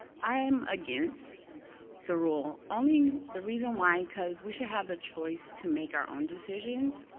i'm against the rule, only the reason why, because we should have the choice to make our own decisions.